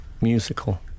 musical